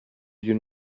you